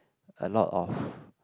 a lot of